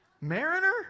Mariner